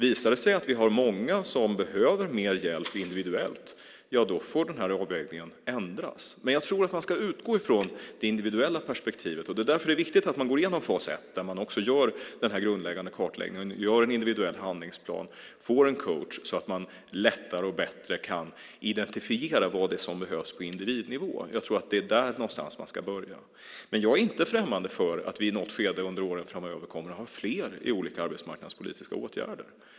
Visar det sig att vi har många som behöver mer hjälp individuellt får den avvägningen ändras, men jag tror att man ska utgå från det individuella perspektivet. Det är därför det är viktigt att dessa personer går igenom fas ett där man gör den grundläggande kartläggningen, gör en individuell handlingsplan, där personerna får en coach så att man lättare och bättre kan identifiera vad det är som behövs på individnivå. Jag tror att det är där någonstans man ska börja, men jag är inte främmande för att vi i något skede under åren framöver kommer att ha fler i olika arbetsmarknadspolitiska åtgärder.